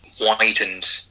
widened